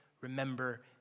remember